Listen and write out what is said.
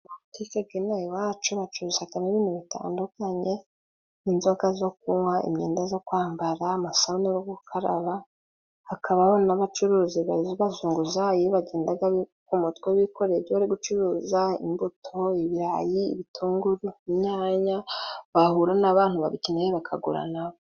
Amabutike g'inaha iwacu bacuruzagamo ibintu bitandukanye: inzoga zo kunywa, imyenda zo kwambara, amasabune go gukaraba, hakabaho n'abacuruzi b'abazunguzayi bagendaga ku mutwe bikoreye ibyo bari gucuruza. Imbuto, ibirayi, ibitunguru, inyanya, bahura n'abantu babikeneye bakagura na bo.